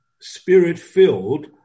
spirit-filled